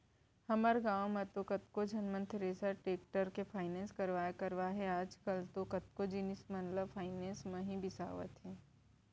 हमर गॉंव म तो कतको झन मन थेरेसर, टेक्टर के फायनेंस करवाय करवाय हे आजकल तो कतको जिनिस मन ल फायनेंस म ही बिसावत हें